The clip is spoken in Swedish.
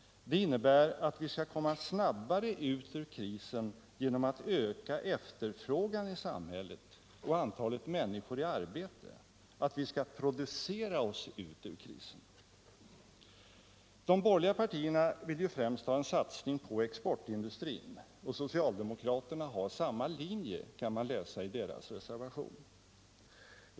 Den innebär att vi skall kunna komma snabbare ut ur krisen genom att öka efterfrågan i samhället och antalet människor i arbete — att vi skall producera oss ut ur krisen. De borgerliga partierna vill främst ha en satsning på exportindustrin, och socialdemokraterna har samma linje, kan man läsa i deras reservation.